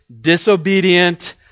disobedient